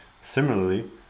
Similarly